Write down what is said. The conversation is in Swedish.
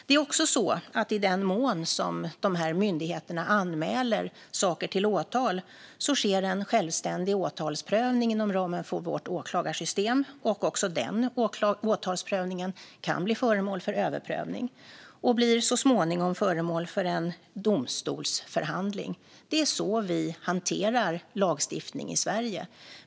Det är också så att det i den mån som de här myndigheterna anmäler saker till åtal sker en självständig åtalsprövning inom ramen för vårt åklagarsystem. Också den åtalsprövningen kan bli föremål för överprövning och så småningom bli föremål för en domstolsförhandling. Det är så vi hanterar lagstiftning i Sverige.